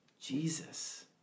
Jesus